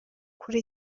kuri